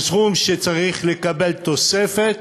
זה סכום שצריך לקבל תוספת